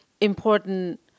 important